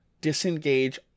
Disengage